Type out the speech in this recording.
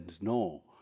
no